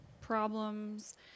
problems